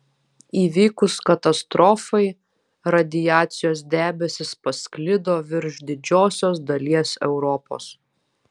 įvykus katastrofai radiacijos debesys pasklido virš didžiosios dalies europos